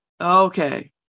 Okay